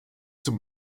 zum